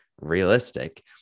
realistic